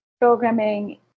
programming